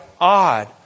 odd